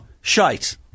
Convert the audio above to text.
shite